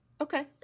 Okay